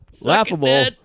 laughable